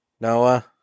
Noah